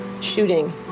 shooting